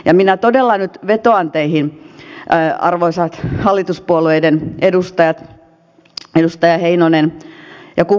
ja minä todella nyt vetoan teihin arvoisat hallituspuolueiden edustajat edustaja heinonen ja kumppanit täällä